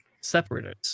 separators